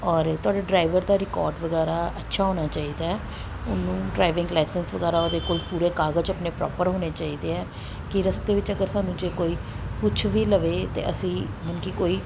ਔਰ ਤੁਹਾਡੇ ਡਰਾਇਵਰ ਦਾ ਰਿਕੋਰਡ ਵਗੈਰਾ ਅੱਛਾ ਹੋਣਾ ਚਾਹੀਦਾ ਹੈ ਉਹਨੂੰ ਡਰਾਈਵਿੰਗ ਲਾਈਸੈਂਸ ਵਗੈਰਾ ਉਹਦੇ ਕੋਲ ਪੂਰੇ ਕਾਗਜ਼ ਆਪਣੇ ਪ੍ਰੋਪਰ ਹੋਣੇ ਚਾਹੀਦੇ ਹੈ ਕਿ ਰਸਤੇ ਵਿੱਚ ਅਗਰ ਸਾਨੂੰ ਜੇ ਕੋਈ ਪੁੱਛ ਵੀ ਲਵੇ ਅਤੇ ਅਸੀਂ ਮਨਕੀ ਕੋਈ